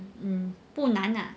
mm 不难 lah